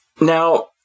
Now